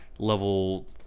level